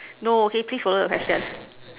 no okay please follow your question